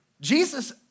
Jesus